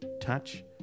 touch